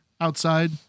outside